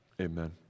Amen